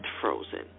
frozen